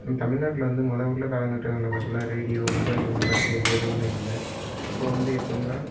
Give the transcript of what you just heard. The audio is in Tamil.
தமிழ்நாட்டில் வந்து மொதல் உள்ள காலக்கட்டங்களில் பார்த்தோன்னா ரேடியோ மொபைல் இந்த மாட்டுக்கு எந்த இதுவுமே இல்லை இப்போது வந்து எப்பட்னா